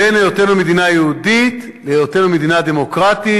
בין היותנו מדינה יהודית להיותנו מדינה דמוקרטית,